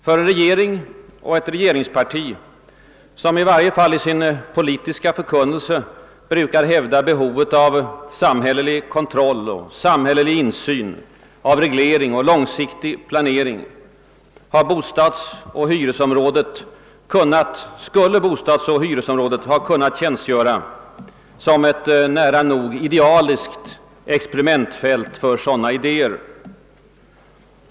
För en regering och ett regeringsparti som — i varje fall i sin politiska förkunnelse — brukar hävda behovet av samhällelig kontroll och samhällelig insyn, av reglering och långsiktig planering, borde bostadsoch hyresområdet ha kunnat tjänstgöra som ett nära nog idealiskt experimentfält för sådana idéer.